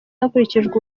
hakurikijwe